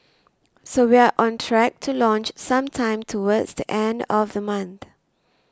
so we're on track to launch sometime towards the end of the month